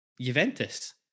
Juventus